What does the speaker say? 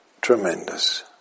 Tremendous